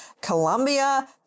Colombia